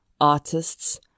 artists